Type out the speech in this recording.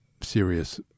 serious